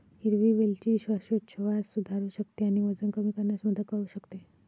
हिरवी वेलची श्वासोच्छवास सुधारू शकते आणि वजन कमी करण्यास मदत करू शकते